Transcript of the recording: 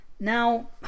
Now